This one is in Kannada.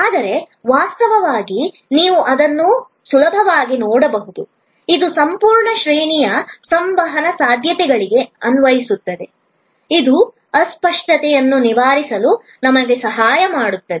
ಆದರೆ ವಾಸ್ತವವಾಗಿ ನೀವು ಅದನ್ನು ಸುಲಭವಾಗಿ ನೋಡಬಹುದು ಇದು ಸಂಪೂರ್ಣ ಶ್ರೇಣಿಯ ಸಂವಹನ ಸಾಧ್ಯತೆಗಳಿಗೆ ಅನ್ವಯಿಸುತ್ತದೆ ಇದು ಅಸ್ಪಷ್ಟತೆಯನ್ನು ನಿವಾರಿಸಲು ನಮಗೆ ಸಹಾಯ ಮಾಡುತ್ತದೆ